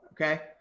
okay